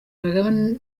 kagame